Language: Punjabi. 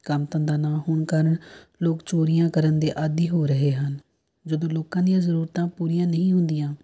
ਕੰਮ ਧੰਦਾ ਨਾ ਹੋਣ ਕਾਰਣ ਲੋਕ ਚੋਰੀਆਂ ਕਰਨ ਦੇ ਆਦੀ ਹੋ ਰਹੇ ਹਨ ਜਦੋਂ ਲੋਕਾਂ ਦੀਆਂ ਜ਼ਰੂਰਤਾਂ ਪੂਰੀਆਂ ਨਹੀਂ ਹੁੰਦੀਆਂ